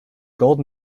gold